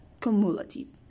cumulative